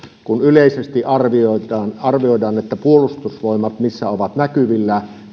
kun yleisesti arvioidaan arvioidaan että siellä missä puolustusvoimat on näkyvillä